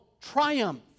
triumph